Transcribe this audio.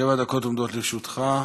שבע דקות עומדות לרשותך.